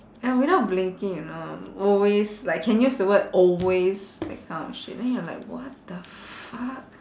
and without blinking you know always like can use the word always that kind of shit then you're like what the fuck